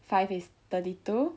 five is thirty two